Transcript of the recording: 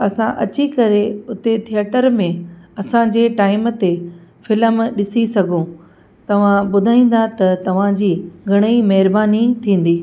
असां अची करे उते थिएटर में असांजे टाइम ते फ़िल्म ॾिसी सघूं तव्हां ॿुधाईंदा त तव्हांजी घणेई महिरबानी थींदी